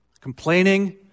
Complaining